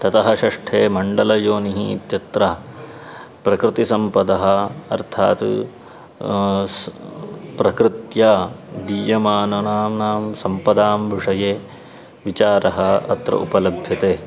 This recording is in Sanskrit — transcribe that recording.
ततः षष्ठे मण्डलयोनिः इत्यत्र प्रकृतिसम्पदः अर्थात् प्रकृत्या दीयमानानां सम्पदां विषये विचारः अत्र उपलभ्यते